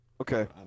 Okay